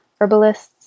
herbalists